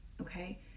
Okay